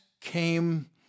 came